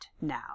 now